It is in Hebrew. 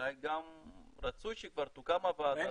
אולי רצוי שכבר תוקם הוועדה.